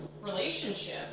relationship